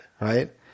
right